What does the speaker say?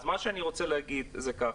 אז אני מה שאני רוצה להגיד הוא כך: